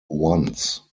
once